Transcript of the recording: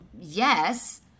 Yes